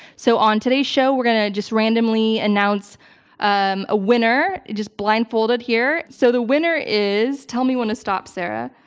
so on today's show we're gonna just randomly announce um a winner just blindfolded here. so the winner is, tell me when to stop sarah.